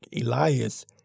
Elias